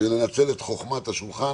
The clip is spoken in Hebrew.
לנצל את השולחן,